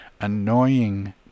annoying